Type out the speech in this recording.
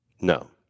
No